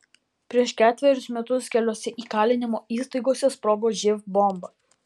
prieš ketverius metus keliose įkalinimo įstaigose sprogo živ bomba